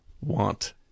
Want